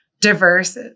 diverse